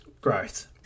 growth